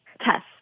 Test